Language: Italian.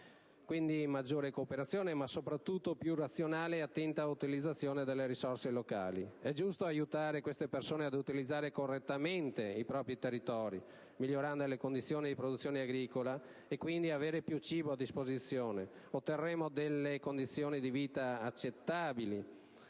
Quindi, maggiore cooperazione, ma soprattutto più razionale e attenta utilizzazione delle risorse locali. È giusto aiutare queste persone a utilizzare correttamente i propri territori, migliorando le condizioni di produzione agricola, e quindi avere più cibo a disposizione; otterremmo condizioni di vita accettabili